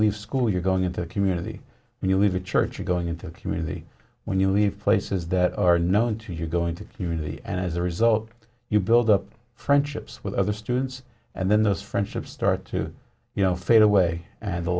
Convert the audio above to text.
leave school you're going into the community you leave the church you're going into community when you leave places that are known to you going to community and as a result you build up friendships with other students and then those friendships start to you know fade away and the